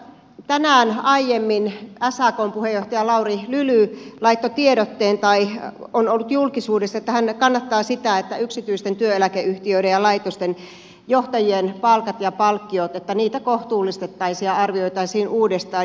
tässä tänään aiemmin sakn puheenjohtaja lauri lyly laittoi tiedotteen tai on ollut julkisuudessa että hän kannattaa sitä että yksityisten työeläkeyhtiöiden ja laitosten johtajien palkkoja ja palkkioita kohtuullistettaisiin ja arvioitaisiin uudestaan